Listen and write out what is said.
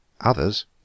Others